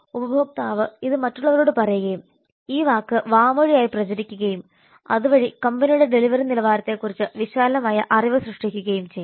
ഉപഭോക്താവ് ഇത് മറ്റുള്ളവരോട് പറയുകയും ഈ വാക്ക് വാമൊഴിയായി പ്രചരിക്കുകയും അതുവഴി കമ്പനിയുടെ ഡെലിവറി നിലവാരത്തെക്കുറിച്ച് വിശാലമായ അറിവ് സൃഷ്ടിക്കുകയും ചെയ്യും